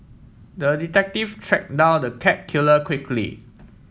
the detective track down the cat killer quickly